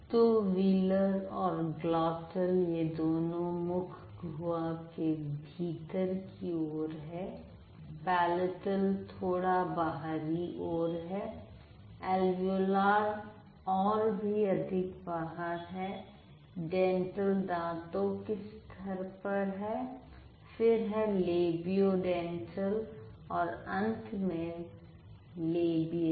तो वीलर् और ग्लोटल यह दोनों मुख गुहा के भीतर की ओर हैं पेलेटल थोड़ा बाहरी ओर है एल्वेओलार और भी अधिक बाहर है डेंटल दांतों के स्तर पर है फिर है लबियोडेंटल और अंत में लेबियल